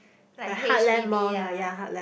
like H_D_B lah